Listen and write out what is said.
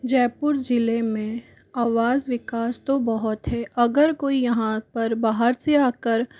जयपुर जिले में आवास विकास तो बहुत हैं अगर कोई यहाँ पर बाहर से आकर